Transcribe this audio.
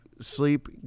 sleep